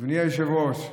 אדוני היושב-ראש,